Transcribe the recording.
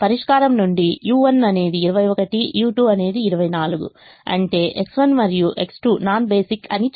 పరిష్కారం నుండి u1 అనేది 21 u2 అనేది 24 అంటే X1 మరియు X2 నాన్ బేసిక్ అని సూచిస్తుంది